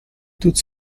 toute